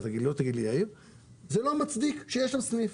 זה לא מצדיק שיהיה שם סניף.